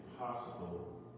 impossible